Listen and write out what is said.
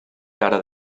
cara